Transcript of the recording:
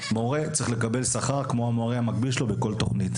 מורה צריך לקבל שכר כמו המורה המקביל שלו בכל תוכנית.